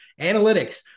Analytics